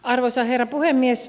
arvoisa herra puhemies